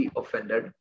offended